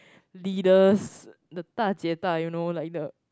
leaders the da jie da you know like the